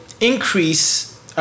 increase